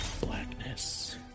Blackness